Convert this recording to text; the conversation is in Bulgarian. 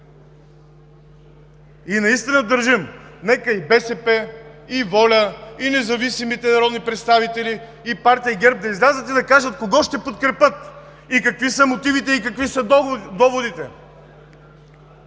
наистина държим и БСП, и ВОЛЯ, и независимите народни представители, и партия ГЕРБ да излязат и да кажат кого ще подкрепят, какви са мотивите и какви са доводите